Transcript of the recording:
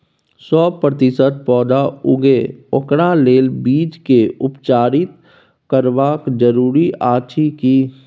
सौ प्रतिसत पौधा उगे ओकरा लेल बीज के उपचारित करबा जरूरी अछि की?